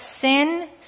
sin